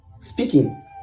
speaking